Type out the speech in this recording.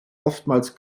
oftmals